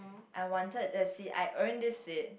I wanted a seat I earned this seat